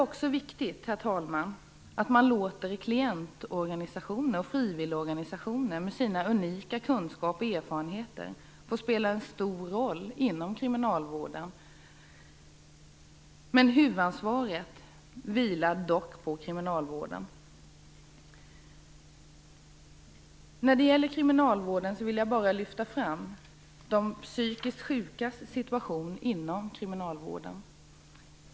Herr talman! Klientorganisationerna och frivilligorganisationerna med sina unika kunskaper och erfarenheter måste få spela en stor roll inom kriminalvården. Men huvudansvaret vilar dock på kriminalvården. Jag vill lyfta fram situationen för de psykiskt sjuka inom kriminalvården.